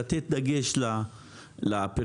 לשים דגש על הפריפריה,